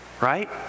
right